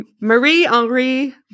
Marie-Henri